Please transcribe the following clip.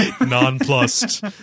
Nonplussed